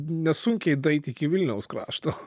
nesunkiai daeit iki vilniaus krašto